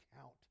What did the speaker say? count